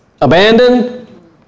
abandoned